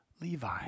Levi